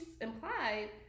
implied